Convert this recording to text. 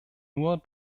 nur